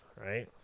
right